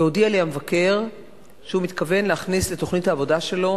והודיע לי המבקר שהוא מתכוון להכניס לתוכנית העבודה שלו